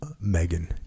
Megan